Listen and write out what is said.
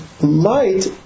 light